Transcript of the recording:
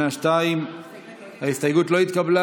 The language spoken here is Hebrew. קבוצת סיעת ישראל ביתנו וקבוצת סיעת הרשימה המשותפת לסעיף 1 לא נתקבלה.